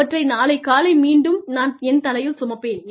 அவற்றை நாளை காலை மீண்டும் நான் என் தலையில் சுமப்பேன்